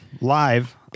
live